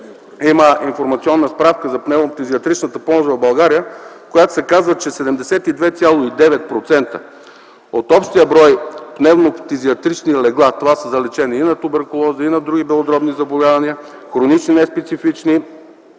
има информационна справка за пневмофтизиатричната помощ в България, в която се казва, че 72,9% от общия брой пневмофтизиатрични легла – това са за лечение и на туберкулоза, и на други белодробни заболявания, хронични неспецифични